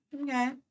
Okay